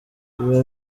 biba